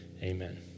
Amen